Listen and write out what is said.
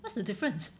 what's the difference